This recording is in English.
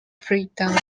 freetown